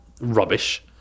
rubbish